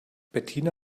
bettina